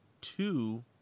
two